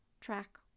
track